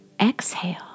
exhale